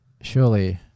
Surely